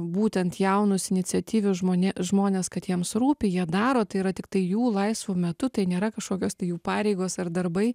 būtent jaunus iniciatyvius žmone žmones kad jiems rūpi jie daro tai yra tiktai jų laisvu metu tai nėra kažkokios tai jų pareigos ar darbai